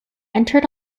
entered